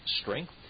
strength